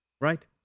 Right